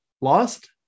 lost